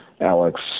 Alex